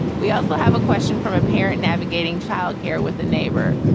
we also have a question from a parent navigating child care with a neighbor.